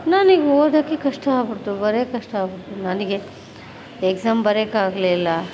ನನಗ್ ಓದೋಕೆ ಕಷ್ಟ ಆಗ್ಬಿಡ್ತು ಬರೆಯೋಕ್ ಕಷ್ಟ ಆಗ್ಬಿಡ್ತು ನನಗೆ ಎಕ್ಸಾಮ್ ಬರೆಯೋಕ್ ಆಗಲಿಲ್ಲ